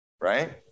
right